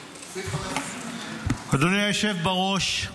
אדוני היושב בראש,